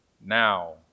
Now